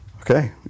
Okay